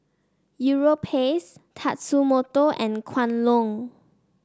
Europace Tatsumoto and Kwan Loong